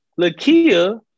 Lakia